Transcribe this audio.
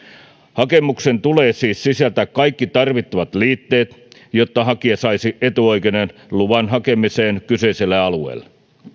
hakemuksen tulee siis sisältää kaikki tarvittavat liitteet jotta hakija saisi etuoikeuden luvan hakemiseen kyseiselle alueelle